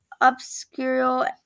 obscure